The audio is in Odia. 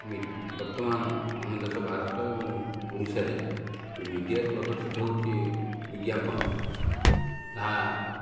ବର୍ତ୍ତମାନ ଆମ ଦେଶ ଭାରତ ଏବଂ ଓଡ଼ିଶାରେ ମିଡ଼ିଆରେ ପ୍ରଦର୍ଶିତ ହେଉଛି ବିଜ୍ଞାପନ ତାହା